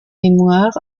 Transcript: mémoires